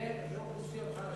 לאוכלוסיות חלשות.